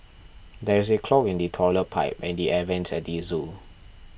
there is a clog in the Toilet Pipe and the Air Vents at the zoo